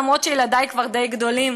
למרות שילדיי כבר די גדולים,